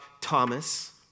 Thomas